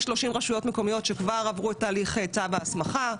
יש 30 רשויות מקומיות שכבר עברו את תהליך צו ההסמכה.